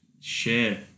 share